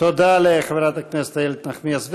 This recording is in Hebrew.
תודה לחברת הכנסת איילת נחמיאס ורבין.